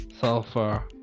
sulfur